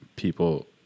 People